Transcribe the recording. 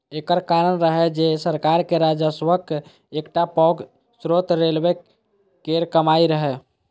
एकर कारण रहै जे सरकार के राजस्वक एकटा पैघ स्रोत रेलवे केर कमाइ रहै